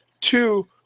two